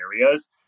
areas